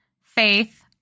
faith